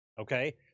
okay